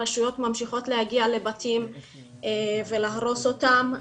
הרשויות ממשיכות להגיע לבתים ולהרוס אותם,